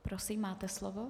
Prosím, máte slovo.